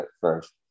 first